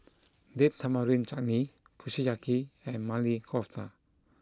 Date Tamarind Chutney Kushiyaki and Maili Kofta